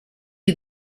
you